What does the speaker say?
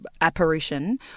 apparition